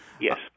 Yes